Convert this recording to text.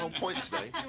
um point today.